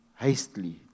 hastily